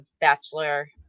bachelor